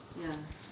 ya